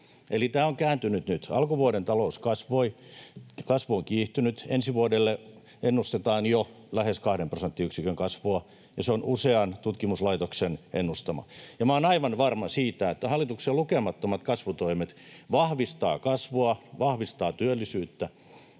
Eli tämä on kääntynyt nyt. Alkuvuoden talouskasvu on kiihtynyt, ensi vuodelle ennustetaan jo lähes kahden prosenttiyksikön kasvua, ja se on usean tutkimuslaitoksen ennustama. Minä olen aivan varma siitä, että hallituksen lukemattomat kasvutoimet vahvistavat kasvua ja vahvistavat työllisyyttä,